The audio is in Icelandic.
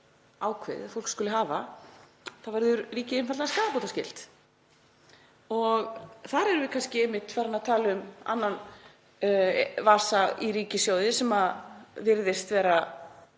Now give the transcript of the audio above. ákveðið að fólk skuli hafa þá verður ríkið einfaldlega skaðabótaskylt. Þar erum við kannski farin að tala um annan vasa í ríkissjóði sem virðist vera